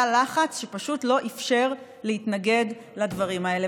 לחץ שפשוט לא אפשר להתנגד לדברים האלה.